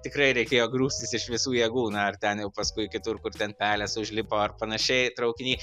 tikrai reikėjo grūstis iš visų jėgų na ir ten jau paskui kitur kur ten pelės užlipo ar panašiai traukiny